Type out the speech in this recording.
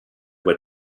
were